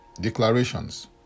declarations